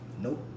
Nope